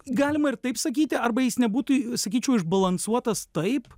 galima ir taip sakyti arba jis nebūtų sakyčiau išbalansuotas taip